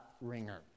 ringer